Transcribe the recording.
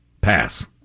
Pass